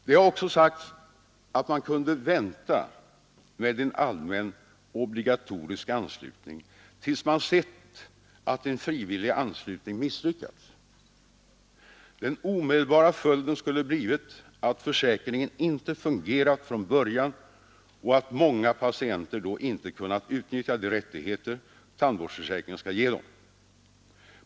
Det har också sagts att man kunde vänta med en allmän obligatorisk anslutning tills man sett att en frivillig anslutning misslyckats. Den omedelbara följden skulle ha blivit att försäkringen inte fungerat från början och att många patienter då inte kunnat utnyttja de rättigheter tandvårdsförsäkringen skall ge dem.